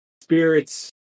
spirits